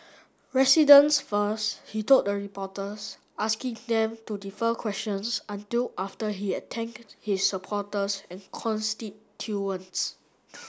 residents first he told the reporters asking them to defer questions until after he had thanked his supporters and constituents